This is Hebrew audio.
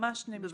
ממש שני משפטים.